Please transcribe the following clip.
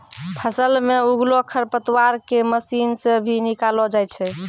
फसल मे उगलो खरपतवार के मशीन से भी निकालो जाय छै